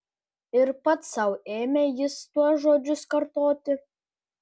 ir pats sau ėmė jis tuos žodžius kartoti